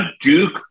Duke